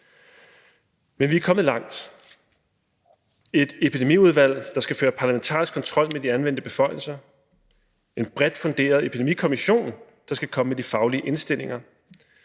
Men vi er kommet langt: Et epidemiudvalg, der skal føre parlamentarisk kontrol med de anvendte beføjelser; en bredt funderet epidemikommission, der skal komme med de faglige indstillinger;